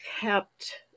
kept